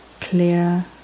clear